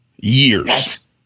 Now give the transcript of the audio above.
Years